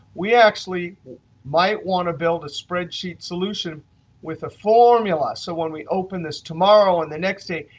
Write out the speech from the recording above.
we actually might want to build a spreadsheet solution with a formula, so when we open this tomorrow and the next day,